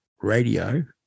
Radio